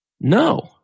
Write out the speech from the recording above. No